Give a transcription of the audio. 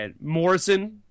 Morrison